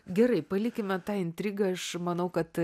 gerai palikime tą intrigą aš manau kad